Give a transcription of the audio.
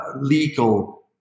legal